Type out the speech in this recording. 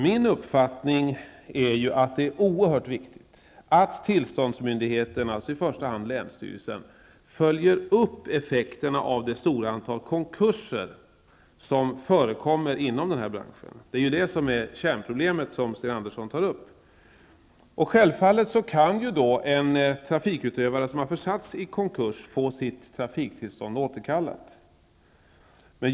Min uppfattning är att det är oerhört viktigt att tillståndsmyndigheterna, i första hand länsstyrelsen, följer upp effekterna av det stora antal konkurser som förekommer inom den här branschen. Detta är kärnproblemet som Sten Andersson tar upp. Självfallet kan en trafikutövare som försatts i konkurs få sitt trafiktillstånd återkallat.